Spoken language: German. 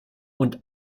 und